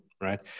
right